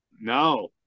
No